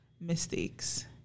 mistakes